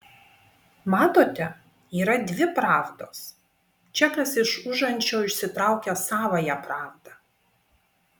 matote yra dvi pravdos čekas iš užančio išsitraukia savąją pravdą